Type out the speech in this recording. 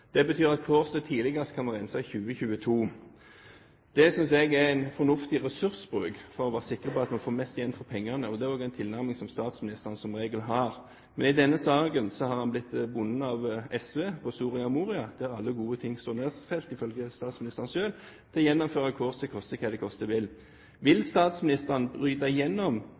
Det betyr at Kårstø tidligst kan rense i 2022. Det synes jeg er en fornuftig ressursbruk for å være sikker på at vi får mest igjen for pengene – det er også en tilnærming som statsministeren som regel har. Men i denne saken har han blitt bundet av SV i Soria Moria, der alle gode ting står nedfelt, ifølge statsministeren selv, til å gjennomføre Kårstø koste hva det koste vil. Vil statsministeren bryte igjennom